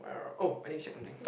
oh I need check something